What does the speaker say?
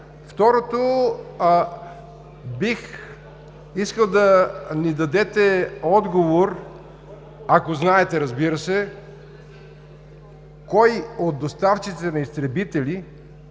Второ, искам да ми дадете отговор, ако знаете, разбира се, кой от доставчиците на изтребители